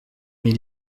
mais